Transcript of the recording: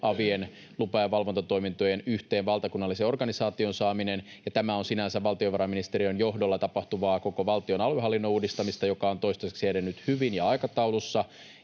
avien, lupa- ja valvontatoimintojen yhteen valtakunnalliseen organisaation saaminen. Ja tämä on sinänsä valtiovarainministeriön johdolla tapahtuvaa koko valtion aluehallinnon uudistamista, joka on toistaiseksi edennyt hyvin ja aikataulussa